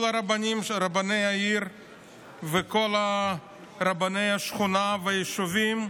כל רבני העיר וכל רבני השכונה והיישובים,